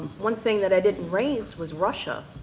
one thing that i didn't raise was russia.